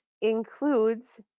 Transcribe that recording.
includes